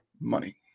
money